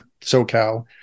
SoCal